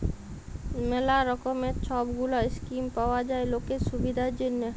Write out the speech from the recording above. ম্যালা রকমের সব গুলা স্কিম পাওয়া যায় লকের সুবিধার জনহ